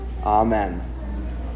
Amen